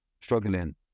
struggling